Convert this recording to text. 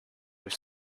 with